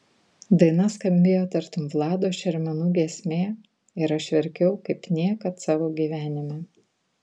daina skambėjo tartum vlado šermenų giesmė ir aš verkiau kaip niekad savo gyvenime